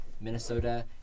Minnesota